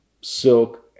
silk